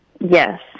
Yes